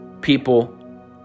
people